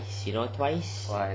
twice ah